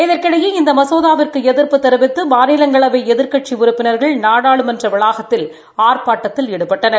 இதற்கிடையே இந்த மசோதாவுக்கு எதிா்ப்பு தெரிவித்து மாநிலங்களவை எதிா்க்கட்சி உறுப்பினா்கள் நாடாளுமன்ற வளாகத்தில் ஆர்ப்பாட்டத்தில் ஈடுபட்டனர்